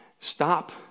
Stop